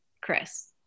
Chris